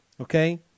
Okay